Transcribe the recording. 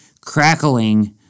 crackling